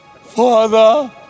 Father